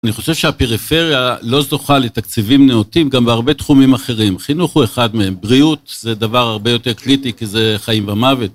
אני חושב שהפריפריה לא זוכה לתקציבים נאותים, גם בהרבה תחומים אחרים. חינוך הוא אחד מהם, בריאות זה דבר הרבה יותר קריטי כי זה חיים ומוות.